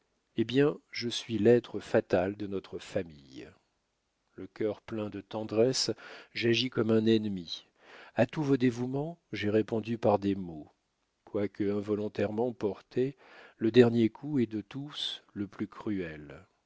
eh bien je suis l'être fatal de notre famille le cœur plein de tendresse j'agis comme un ennemi a tous vos dévouements j'ai répondu par des maux quoique involontairement porté le dernier coup est de tous le plus cruel